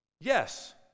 Yes